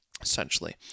essentially